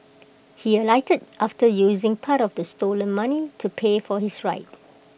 he alighted after using part of the stolen money to pay for his ride